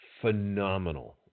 phenomenal